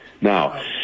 Now